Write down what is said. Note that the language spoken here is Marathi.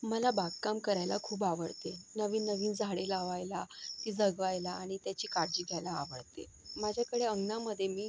मला बागकाम करायला खूप आवडते नवीन नवीन झाडे लावायला ती जगवायला आणि त्याची काळजी घ्यायला आवडते माझ्याकडे अंगणामध्ये मी